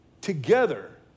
together